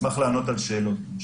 נשמח לענות על שאלות.